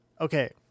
Okay